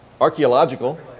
Archaeological